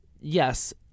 yes